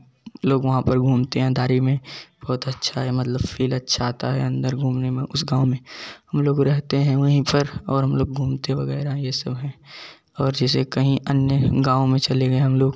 लोग वहाँ पर घूमते हैं दारी में बहुत अच्छा है मतलब फील अच्छा आता है अन्दर घूमने में उस गाँव में हम लोग रहते हैं वहीं पर और हम लोग घूमते वगैरह यह सब हैं और जैसे कहीं अन्य गाँव में चले गए हम लोग